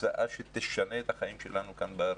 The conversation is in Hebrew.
הצעה שתשנה את החיים שלנו כאן בארץ.